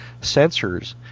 sensors